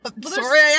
Sorry